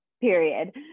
period